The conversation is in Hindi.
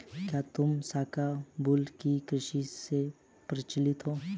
क्या तुम शाहबलूत की कृषि से परिचित हो?